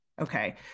Okay